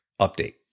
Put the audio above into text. update